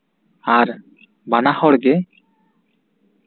ᱟᱨ ᱵᱟᱱᱟᱦᱚᱲᱜᱮ